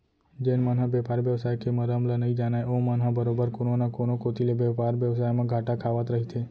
जेन मन ह बेपार बेवसाय के मरम ल नइ जानय ओमन ह बरोबर कोनो न कोनो कोती ले बेपार बेवसाय म घाटा खावत रहिथे